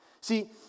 See